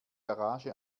garage